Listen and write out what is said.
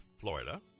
Florida